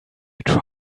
try